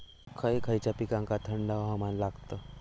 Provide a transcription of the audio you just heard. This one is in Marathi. खय खयच्या पिकांका थंड हवामान लागतं?